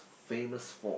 famous for